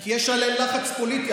כי יש עליהם לחץ פוליטי,